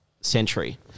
century